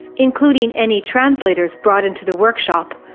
including any translators brought into the workshop,